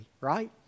right